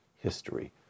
history